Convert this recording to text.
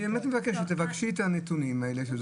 אני מבקש שתבקשי את הנתונים האלה.